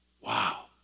Wow